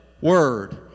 word